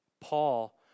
Paul